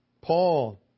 Paul